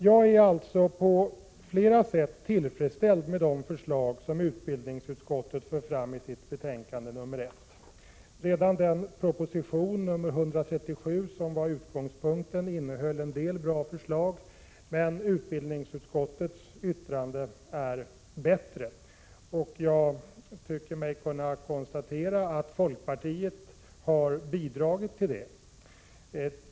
Jag är alltså på flera sätt tillfredsställd med de förslag som utbildningsutskottet för fram i sitt betänkande nr 1. Redan den proposition, nr 127, som var utgångspunkten innehöll en del bra förslag, men utbildningsutskottets förslag är bättre. Jag tycker mig kunna konstatera att folkpartiet har bidragit till det.